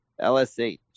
LSH